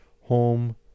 Home